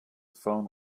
phone